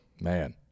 man